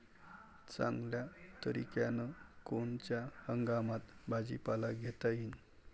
चांगल्या तरीक्यानं कोनच्या हंगामात भाजीपाला घेता येईन?